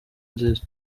nziza